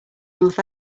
north